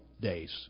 days